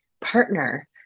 partner